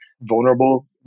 vulnerable